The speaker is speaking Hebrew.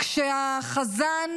כשהחזן